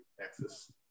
Texas